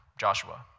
Joshua